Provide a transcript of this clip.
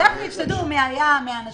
שתדעו מי האנשים,